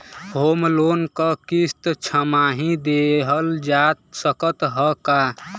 Home loan क किस्त छमाही देहल जा सकत ह का?